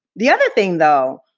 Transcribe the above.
the other thing, though,